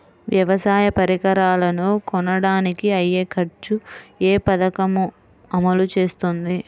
వ్యవసాయ పరికరాలను కొనడానికి అయ్యే ఖర్చు ఏ పదకము అమలు చేస్తుంది?